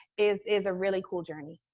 is is a really cool journey.